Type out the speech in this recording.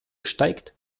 steigt